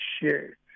share